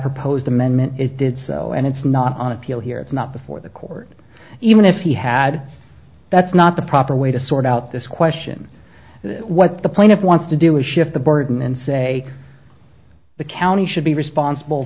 proposed amendment it did so and it's not on appeal here if not before the court even if he had that's not the proper way to sort out this question what the plaintiff wants to do is shift the burden and say the county should be responsible